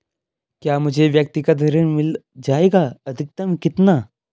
क्या मुझे व्यक्तिगत ऋण मिल जायेगा अधिकतम कितना?